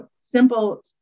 simple